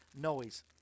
noise